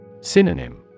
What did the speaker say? Synonym